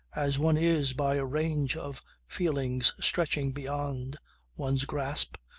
as one is by a range of feelings stretching beyond one's grasp,